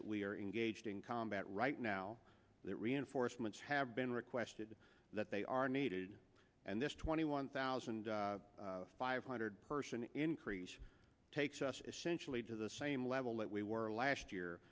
that we are engaged in combat right now that reinforcements have been requested that they are needed and this twenty one thousand five hundred person increase takes us essentially to the same level that we were last year